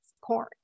corn